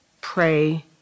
pray